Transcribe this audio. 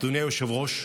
אדוני היושב-ראש,